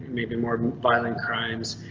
maybe more violent crimes.